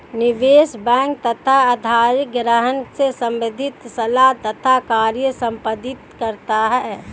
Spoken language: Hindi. निवेश बैंक तथा अधिग्रहण से संबंधित सलाह तथा कार्य संपादित करता है